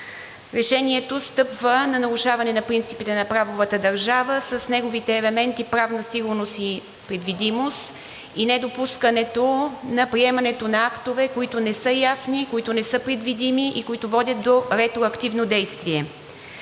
Решението стъпва на нарушаване на принципите на правовата държава с неговите елементи правна сигурност и предвидимост и недопускането на приемането на актове, които не са ясни, които не са предвидими и които водят до ретроактивно действие.